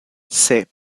sep